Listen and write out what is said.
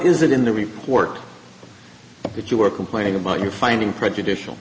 is it in the report that you were complaining about your finding prejudicial